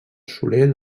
soler